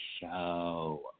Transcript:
show